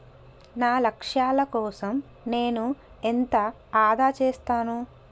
నా లక్ష్యాల కోసం నేను ఎంత ఆదా చేస్తాను?